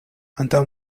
antaŭ